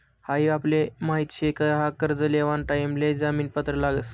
हाई आपले माहित शे का कर्ज लेवाना टाइम ले जामीन पत्र लागस